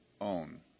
own